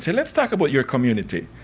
so let's talk about your community.